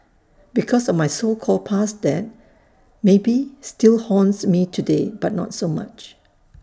because of my so called past debt maybe still haunts me today but not so much